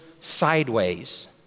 sideways